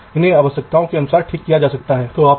इसलिए हमें आगे बढ़ना चाहिए